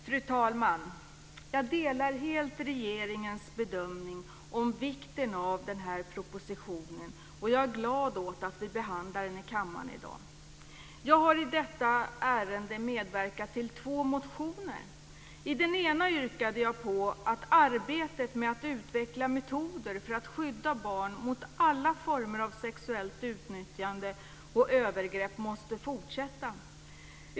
Fru talman! Jag delar helt regeringens bedömning om vikten av denna proposition, och jag är glad åt att vi behandlar den i kammaren i dag. Jag har i detta ärende medverkat till två motioner. I den ena yrkar jag på att arbetet med att utveckla metoder för att skydda barn mot alla former av sexuellt utnyttjande och övergrepp måste fortsätta.